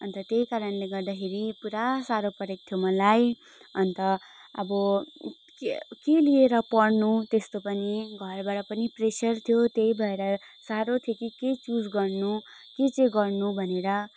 अन्त त्यही कारणले गर्दाखेरि पुरा साह्रो परेको थियो मलाई अन्त अब के के लिएर पढ्नु त्यस्तो पनि घरबाट पनि प्रेसर थियो त्यही भएर साह्रो थियो कि के चुज गर्नु के चाहिँ गर्नु भनेर